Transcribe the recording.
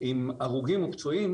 עם הרוגים ופצועים,